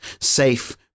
safe